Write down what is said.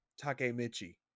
Takemichi